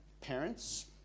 Parents